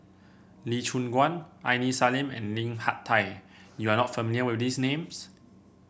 Lee Choon Guan Aini Salim and Lim Hak Tai You are not familiar with these names